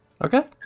Okay